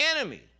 enemy